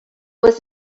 was